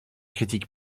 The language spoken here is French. critique